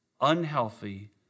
unhealthy